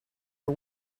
are